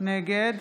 נגד